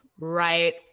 right